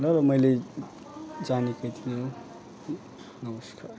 ल त मैले जानेको यति नै हो नमस्कार